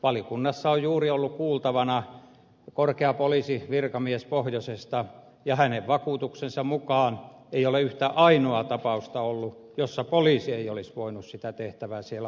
valiokunnassa on juuri ollut kuultavana korkea poliisivirkamies pohjoisesta ja hänen vakuutuksensa mukaan ei ole yhtä ainoaa tapausta ollut jossa poliisi ei olisi voinut sitä tehtävää siellä hoitaa